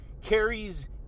carries